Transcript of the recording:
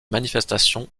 manifestations